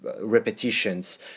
repetitions